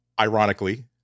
ironically